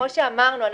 כמו שאמרנו,